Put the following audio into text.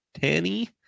tanny